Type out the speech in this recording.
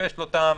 זו לא הצעה,